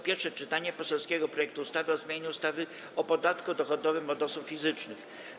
Pierwsze czytanie poselskiego projektu ustawy o zmianie ustawy o podatku dochodowym od osób fizycznych.